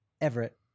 Everett